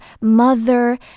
mother